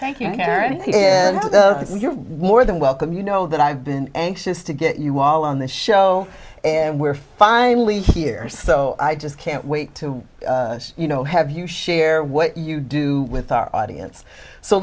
thank you and you're more than welcome you know that i've been anxious to get you all on this show and we're finally here so i just can't wait to you know have you share what you do with our audience so